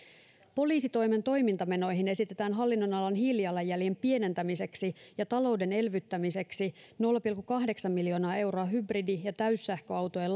poliisitoimen toimintamenoihin esitetään hallinnonalan hiilijalanjäljen pienentämiseksi ja talouden elvyttämiseksi nolla pilkku kahdeksan miljoonaa euroa hybridi ja täyssähköautojen